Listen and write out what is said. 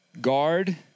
Guard